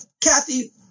Kathy